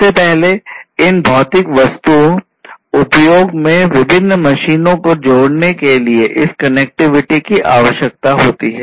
सबसे पहले इन भौतिक वस्तुओं उद्योगों में विभिन्न मशीनें को जोड़ने के लिए इस कनेक्टिविटी की आवश्यकता होती है